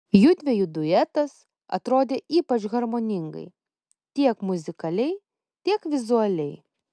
judviejų duetas atrodė ypač harmoningai tiek muzikaliai tiek vizualiai